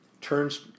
turns